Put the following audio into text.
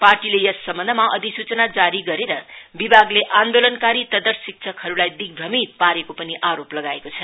पार्टीले यस सम्बन्धमा अधिसूचना जारी गरेर विभागले आन्दोलनकारी तदर्थ शिक्षकहरुलाई दिगभ्रमित पारेको पनि आरोप छ